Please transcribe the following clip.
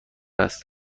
است